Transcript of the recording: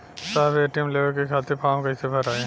साहब ए.टी.एम लेवे खतीं फॉर्म कइसे भराई?